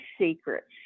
secrets